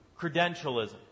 credentialism